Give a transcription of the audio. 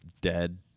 dead